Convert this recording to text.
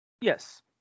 Yes